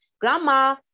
grandma